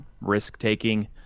risk-taking